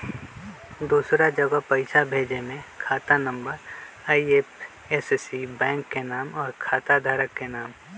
दूसरा जगह पईसा भेजे में खाता नं, आई.एफ.एस.सी, बैंक के नाम, और खाता धारक के नाम?